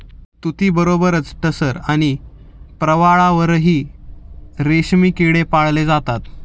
तुतीबरोबरच टसर आणि प्रवाळावरही रेशमी किडे पाळले जातात